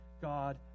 God